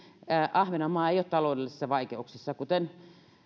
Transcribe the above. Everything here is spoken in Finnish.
ahvenanmaa ei ole taloudellisissa vaikeuksissa kuten